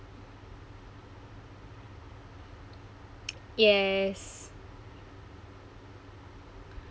yes